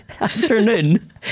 afternoon